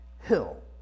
hill